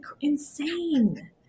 insane